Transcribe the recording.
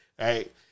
right